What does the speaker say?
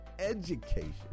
education